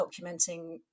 Documenting